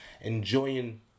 enjoying